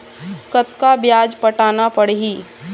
कतका ब्याज पटाना पड़ही?